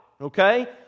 okay